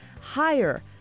higher